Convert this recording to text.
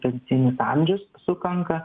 pensijinis amžius sukanka